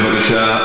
בבקשה,